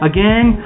Again